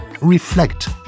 reflect